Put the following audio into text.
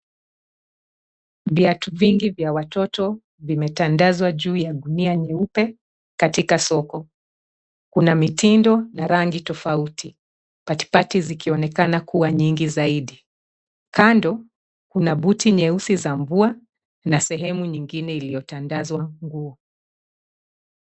Viatu vingi vya watoto vimetandazwa juu ya gunia nyeupe katika soko kuna mitindo na rangi tofauti. Pati pati zikionekana kuwa nyingi zaidi, kando kuna buti nyeusi za mvua sehemu nyingine iliyotandazwa nguo.